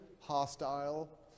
hostile